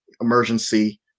emergency